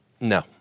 No